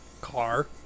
car